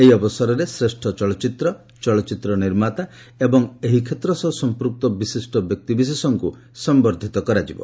ଏହି ଅବସରରେ ଶ୍ରେଷ ଚଳଚ୍ଚିତ୍ରଚଳଚ୍ଚିତ୍ର ନିର୍ମାତା ଏବଂ ଏହି କ୍ଷେତ୍ର ସହ ସଂପୃକ୍ତ ବିଶିଷ୍ଟ ବ୍ୟକ୍ତିବିଶେଷଙ୍କୁ ସମ୍ଭର୍ଦ୍ଧିତ କରାଯିବ